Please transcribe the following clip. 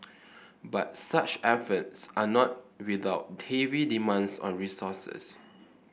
but such efforts are not without heavy demands on resources